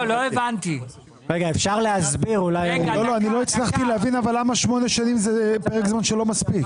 לא הצלחתי להבין למה שמונה שנים זה פרק זמן לא מספיק.